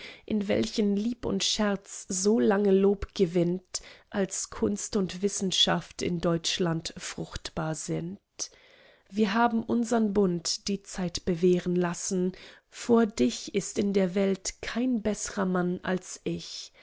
in welchen lieb und scherz so lange lob gewinnt als kunst und wissenschaft in deutschland fruchtbar sind wir haben unsern bund die zeit bewähren lassen vor dich ist in der welt kein bess'rer mann als ich